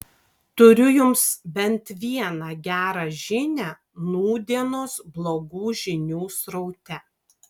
turiu jums bent vieną gerą žinią nūdienos blogų žinių sraute